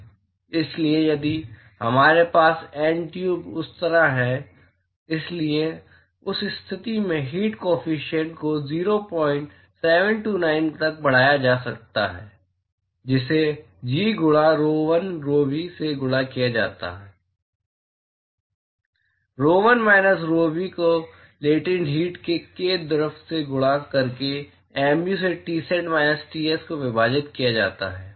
इसलिए यदि हमारे पास N ट्यूब उस तरह है इसलिए उस स्थिति में हीट ट्रांसपोर्ट काॅफिशियंट को 0729 तक बढ़ाया जा सकता है जिसे g गुणा rho l rho v से गुणा किया जा सकता है rho l minus rho v को लेटेन्ट हीट k द्रव से गुणा करके mu से Tsat माइनस Ts में विभाजित किया जाता है